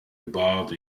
involved